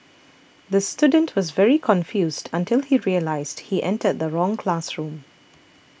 the student was very confused until he realised he entered the wrong classroom